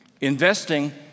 investing